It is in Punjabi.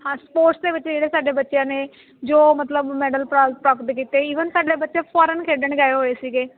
ਹਾਂ ਸਪੋਰਟਸ ਦੇ ਵਿੱਚ ਜਿਹੜੇ ਸਾਡੇ ਬੱਚਿਆਂ ਨੇ ਜੋ ਮਤਲਬ ਮੈਡਲ ਪ੍ਰਾਪਤ ਕੀਤੇ ਈਵਨ ਸਾਡੇ ਬੱਚੇ ਫੋਰਨ ਖੇਡਣ ਗਏ ਹੋਏ ਸੀਗੇ